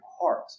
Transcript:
heart